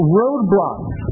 roadblocks